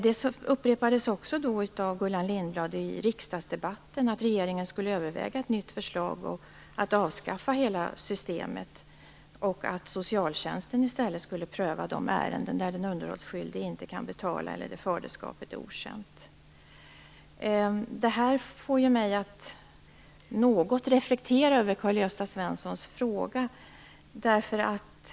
Det upprepades också av Gullan Lindblad i riksdagsdebatten att regeringen borde överväga ett nytt förslag om att avskaffa hela systemet och att socialtjänsten i stället skulle pröva de ärenden där den underhållsskyldige inte kan betala eller där faderskapet är okänt. Detta får mig att något reflektera över Karl-Gösta Svensons fråga.